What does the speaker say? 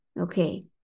Okay